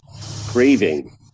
craving